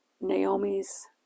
Naomi's